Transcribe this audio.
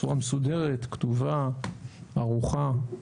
בצורה מסודרת, כתובה, ערוכה,